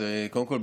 קודם כול,